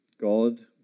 God